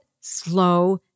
slow